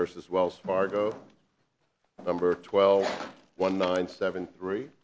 versus wells fargo number twelve one nine seven three